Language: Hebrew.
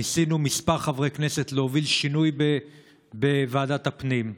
ניסינו כמה חברי כנסת להוביל שינוי בוועדת הפנים.